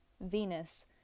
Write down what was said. Venus